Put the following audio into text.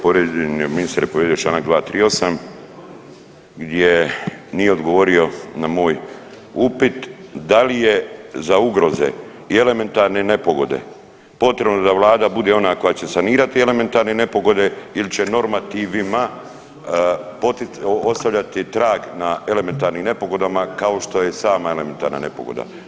Povrijeđen je, ministar je povrijedio Članak 238. gdje nije odgovorio na moj upit da li je za ugroze i elementarne nepogode potrebno da vlada bude ona koja će sanirati elementarne nepogode ili će normativima ostavljati trag na elementarnim nepogodama kao što je i sama elementarna nepogoda.